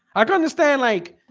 i'd understand like